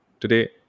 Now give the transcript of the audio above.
Today